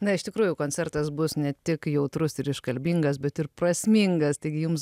na iš tikrųjų koncertas bus ne tik jautrus ir iškalbingas bet ir prasmingas taigi jums